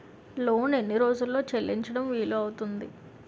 Loan ఎన్ని రోజుల్లో చెల్లించడం వీలు అవుతుంది?